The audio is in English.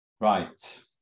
Right